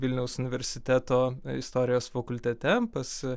vilniaus universiteto istorijos fakultete pas